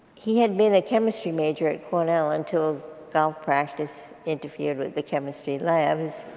he had been a chemistry major at cornell until golf practice interfered with the chemistry labs.